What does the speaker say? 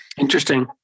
Interesting